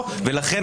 ביזה?